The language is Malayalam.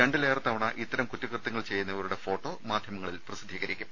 രണ്ടിലേറെ തവണ ഇത്തരം കുറ്റകൃത്യങ്ങൾ ചെയ്യുന്നവരുടെ ഫോട്ടോ മാധ്യ മങ്ങളിലൂടെ പ്രസിദ്ധീകരിക്കും